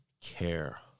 care